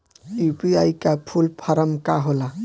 UPI का full form का होला?